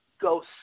Go